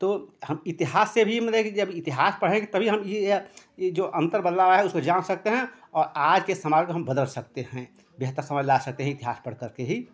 तो हम इतिहास से भी मदे है कि जब इतिहास पढ़ेंगे तभी हम ये जो अंतर बदालाब आया है उसको जान सकते हैं और आज के समाज को हम बदल सकते हैं बेहतर समाज ला सकते हैं इतिहास पढ़ कर के ही